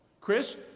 Chris